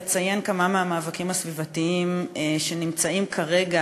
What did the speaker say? לציין כמה מהמאבקים הסביבתיים שנמצאים כרגע,